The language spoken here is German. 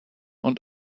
und